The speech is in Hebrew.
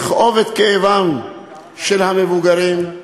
לכאוב את כאבם של המבוגרים,